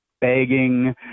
begging